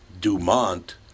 Dumont